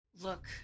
Look